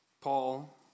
Paul